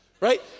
right